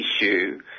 issue